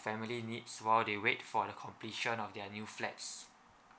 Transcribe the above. family needs while they wait for the completion of their new flats